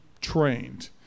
trained